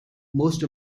most